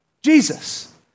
Jesus